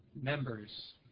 members